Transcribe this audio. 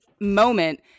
moment